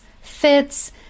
fits